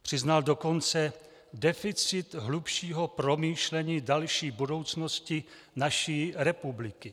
Přiznal dokonce deficit hlubšího promýšlení další budoucnosti naší republiky.